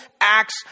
acts